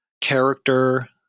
character